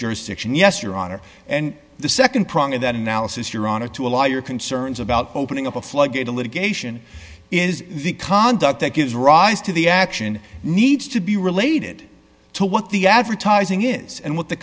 jurisdiction yes your honor and the nd prong of that analysis your honor to allow your concerns about opening up a floodgate to litigation is the conduct that gives rise to the action needs to be related to what the advertising is and what the